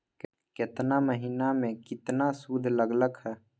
केतना महीना में कितना शुध लग लक ह?